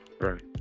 Right